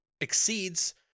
exceeds